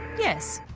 yes,